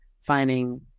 finding